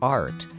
art